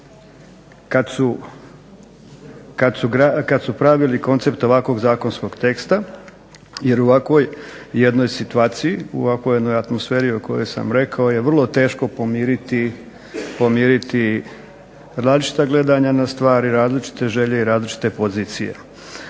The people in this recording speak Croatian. kad su pravili koncept ovakvog zakonskog teksta jer u ovakvoj jednoj situaciji, u ovakvoj jednoj atmosferi o kojoj sam rekao je vrlo teško pomiriti različita gledanja na stvari, različite želje i različite pozicije.